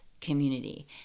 community